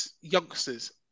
youngsters